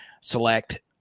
select